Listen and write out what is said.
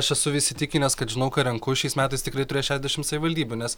aš esu įsitikinęs kad žinau ką renku šiais metais tikrai turės šešiasdešimt savivaldybių nes